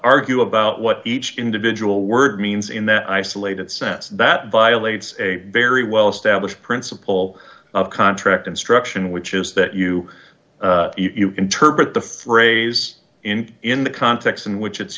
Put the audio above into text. argue about what each individual word means in that isolated sense that violates a very well established principle of contract instruction which is that you interpret the phrase in in the context in which it's